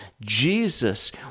Jesus